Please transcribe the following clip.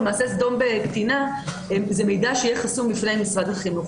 מעשה סדום בקטינה זה מידע שיהיה חסום בפני משרד החינוך.